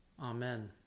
Amen